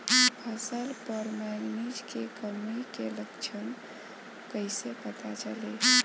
फसल पर मैगनीज के कमी के लक्षण कइसे पता चली?